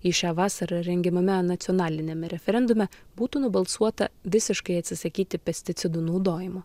jei šią vasarą rengiamame nacionaliniame referendume būtų nubalsuota visiškai atsisakyti pesticidų naudojimo